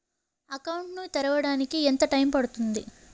Account ను తెరవడానికి ఎంత టైమ్ పడుతుంది?